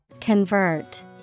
Convert